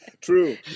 True